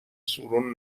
سورون